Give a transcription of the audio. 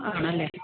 ആണല്ലേ